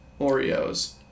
oreos